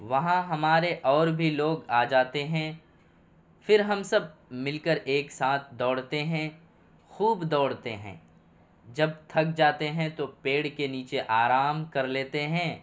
وہاں ہمارے اور بھی لوگ آ جاتے ہیں پھر ہم سب مل کر ایک ساتھ دوڑتے ہیں خوب دوڑتے ہیں جب تھک جاتے ہیں تو پیڑ کے نیچے آرام کر لیتے ہیں